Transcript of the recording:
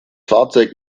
fahrzeug